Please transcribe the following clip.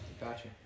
Gotcha